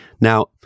now